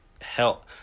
help